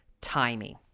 timing